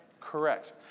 correct